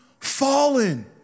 fallen